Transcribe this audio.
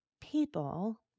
people